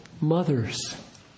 mothers